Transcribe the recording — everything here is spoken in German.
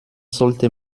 sollte